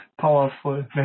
powerful